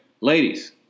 Ladies